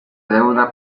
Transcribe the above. deuda